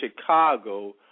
Chicago